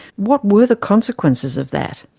what were the consequences of that?